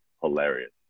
hilarious